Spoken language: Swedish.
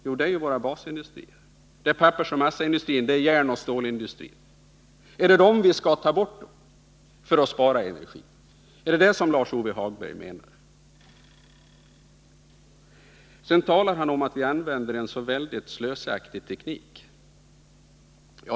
Jo, det är våra basindustrier, pappersoch massaindustrin, järnoch stålindustrin. Är det dem vi skall ta bort för att spara energi? Är det vad Lars-Ove Hagberg menar? Lars-Ove Hagberg talar vidare om att vi använder en så oerhört slösaktig teknik.